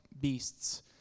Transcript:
beasts